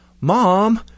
Mom